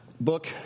book